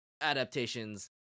adaptations